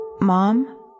Mom